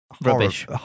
Rubbish